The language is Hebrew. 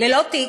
ללא תיק.